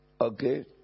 Okay